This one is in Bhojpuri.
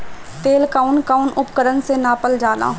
तेल कउन कउन उपकरण से नापल जाला?